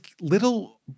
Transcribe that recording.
little